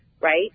right